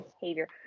behavior